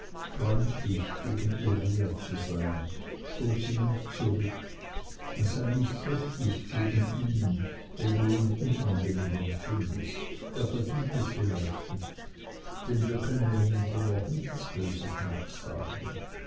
freundlich gegen uriah zu sein stoß ihn nicht zurück sei nicht heftig gegen ihn wenn du ihn unangenehm empfindest er verdient es vielleicht nicht denn wir können ihm noch nichts böses nachsagen